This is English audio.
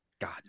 God